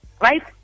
right